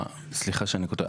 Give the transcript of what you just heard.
סליחה שאני קוטע.